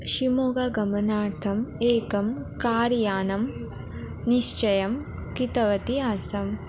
शिमोगा गमनार्थम् एकं कार्यानं निश्चयं कृतवती आसम्